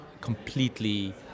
completely